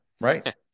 Right